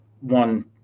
one